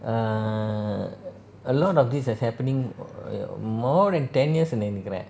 err a lot of this has happening err more than ten years நினைக்கிறன்:ninaikiren